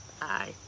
Bye